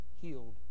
healed